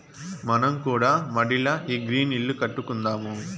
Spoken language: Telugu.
మనం కూడా మడిల ఈ గ్రీన్ ఇల్లు కట్టుకుందాము